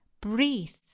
breathe